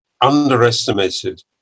underestimated